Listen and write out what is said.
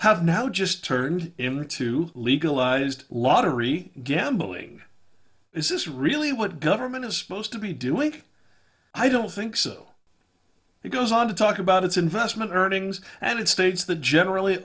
have now just turned into legalized lottery gambling is this really what government is supposed to be doing i don't think so it goes on to talk about its investment earnings and it states the generally